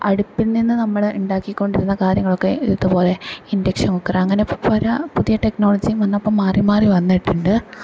അടുപ്പിൽ നിന്ന് നമ്മള് ഉണ്ടാക്കി കൊണ്ടിരുന്ന കാര്യങ്ങളൊക്കെ ഇതുപോലെ ഇണ്ടക്ഷൻ കുക്കറ് അങ്ങനെ പല പുതിയ ടെക്നോളജിയും വന്നപ്പം മാറി മാറി വന്നിട്ടുണ്ട്